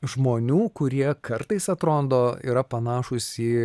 žmonių kurie kartais atrodo yra panašūs į